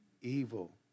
evil